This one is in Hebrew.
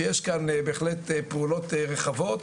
ויש כאן בהחלט פעולות רחבות.